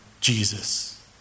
Jesus